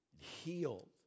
healed